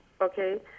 okay